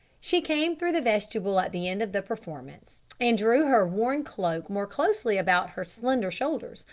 she came through the vestibule at the end of the performance, and drew her worn cloak more closely about her slender shoulders,